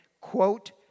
quote